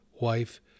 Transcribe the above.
wife